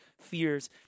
fears